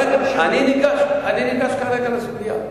רגע, אני ניגש כרגע לסוגיה.